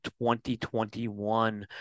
2021